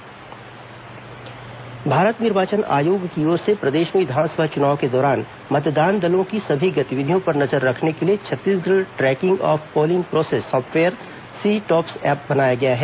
सी TOPS app Bharat निर्वाचन आयोग की ओर से प्रदेश में विधानसभा चुनाव के दौरान मतदान दलों की सभी गतिविधियों पर नजर रखने के लिए Chhattisgarh tracking of polling process software C TOPS app बनाया गया है